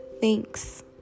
thanks